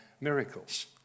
miracles